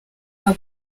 aha